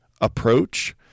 approach